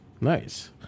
Nice